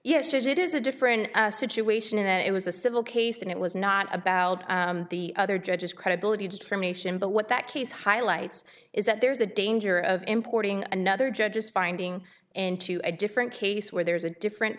yes it is a different situation in that it was a civil case and it was not about the other judges credibility determination but what that case highlights is that there's a danger of importing another judge's finding into a different case where there's a different